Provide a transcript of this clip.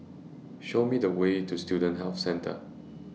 Show Me The Way to Student Health Centre